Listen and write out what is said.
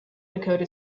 dakota